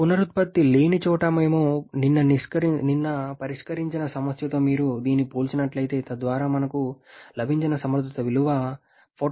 పునరుత్పత్తి లేని చోట మేము నిన్న పరిష్కరించిన సమస్యతో మీరు దీన్ని పోల్చినట్లయితే తద్వారా మాకు లభించిన సమర్థత విలువ 44